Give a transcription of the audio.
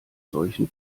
solchen